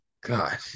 God